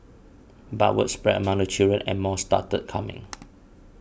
but word spread among the children and more started coming